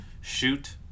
shoot